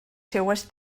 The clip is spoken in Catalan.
seues